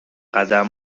قدم